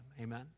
Amen